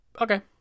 okay